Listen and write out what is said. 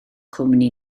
cwmni